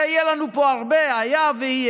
את זה יהיה לנו פה הרבה, היה ויהיה.